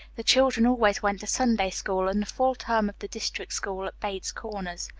the children always went to sunday-school and the full term of the district school at bates corners.